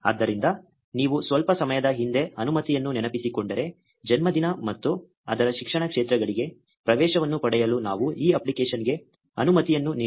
ಆದ್ದರಿಂದ ನೀವು ಸ್ವಲ್ಪ ಸಮಯದ ಹಿಂದೆ ಅನುಮತಿಗಳನ್ನು ನೆನಪಿಸಿಕೊಂಡರೆ ಜನ್ಮದಿನ ಮತ್ತು ಅದರ ಶಿಕ್ಷಣ ಕ್ಷೇತ್ರಗಳಿಗೆ ಪ್ರವೇಶವನ್ನು ಪಡೆಯಲು ನಾವು ಈ ಅಪ್ಲಿಕೇಶನ್ಗೆ ಅನುಮತಿಯನ್ನು ನೀಡಿಲ್ಲ